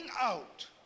out